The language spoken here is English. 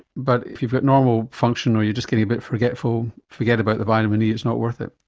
but if you've got normal function or you're just getting a bit forgetful, forget about the vitamin e, it's not worth it.